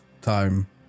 time